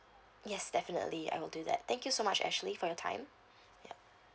yes definitely I will do that thank you so much ashley for your time